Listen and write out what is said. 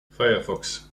firefox